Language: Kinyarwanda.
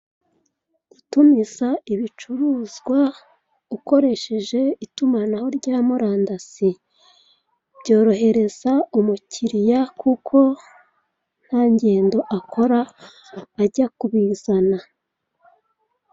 Gutumiza ibicuruzwa ukoresheje itumanaho rya murandasi, byorohereza umukiriya kuko nta ngendo akora ajya kubizana.